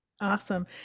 Awesome